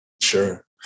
Sure